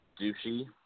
douchey